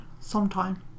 sometime